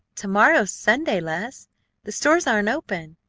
to-morrow's sunday, les the stores aren't open.